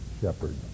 shepherd